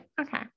okay